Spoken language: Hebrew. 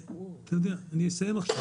הנושא האחרון שהעלה היושב-ראש,